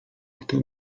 kto